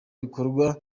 ibikorwa